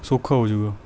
ਸੌਖਾ ਹੋ ਜਾਵੇਗਾ